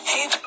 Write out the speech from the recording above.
Hey